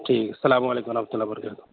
ٹھیک السّلام علیکم ورحمۃ اللہ وبرکاتہ